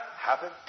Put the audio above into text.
happen